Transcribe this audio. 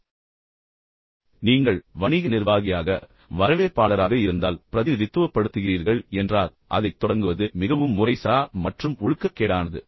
எனவே நீங்கள் அதை பிரதிநிதித்துவப்படுத்தும் வணிக நிர்வாகியாக இருந்தால் நீங்கள் வரவேற்பாளராக இருந்தால் பிரதிநிதித்துவப்படுத்துகிறீர்கள் என்றால் அதைத் தொடங்குவது மிகவும் முறைசாரா மற்றும் ஒழுக்கக்கேடானது